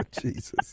Jesus